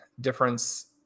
difference